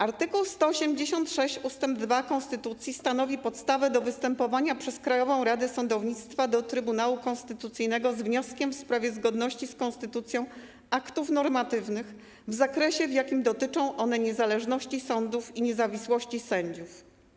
Art. 186 ust. 2 konstytucji stanowi podstawę do występowania przez Krajową Radę Sądownictwa do Trybunału Konstytucyjnego z wnioskiem w sprawie zgodności z konstytucją aktów normatywnych w zakresie, w jakim dotyczą one niezależności sądów i niezawisłości sędziów.